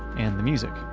and the music.